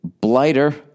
blighter